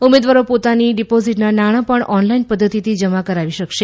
ઉમેદવારો પોતાની ડિપોઝીટના નાણાં પણ ઓનલાઇન પધ્ધતિથી જમા કરાવી શકશે